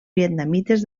vietnamites